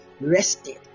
rested